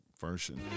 version